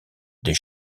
des